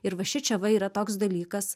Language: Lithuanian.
ir va šičia va yra toks dalykas